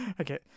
Okay